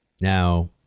Now